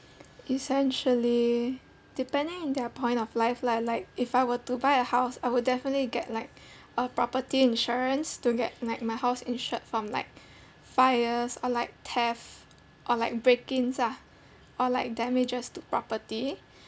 essentially depending on their point of life lah like if I were to buy a house I would definitely get like a property insurance to get like my house insured from like fires or like theft or like break in's ah or like damages to property